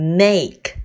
make